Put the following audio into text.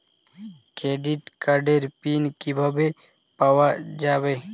Credit কার্ডের PIN কিভাবে পাওয়া যাবে?